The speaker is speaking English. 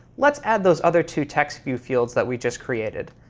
let's add those other two text view fields that we just created.